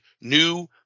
new